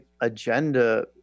agenda